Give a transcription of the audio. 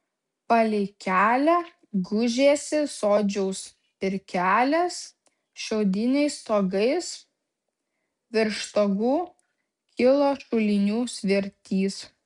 palei kelią gūžėsi sodžiaus pirkelės šiaudiniais stogais virš stogų kilo šulinių svirtys